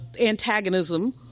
antagonism